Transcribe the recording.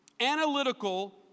analytical